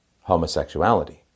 homosexuality